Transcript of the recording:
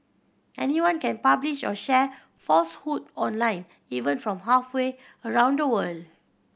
anyone can publish or share falsehood online even from halfway around the world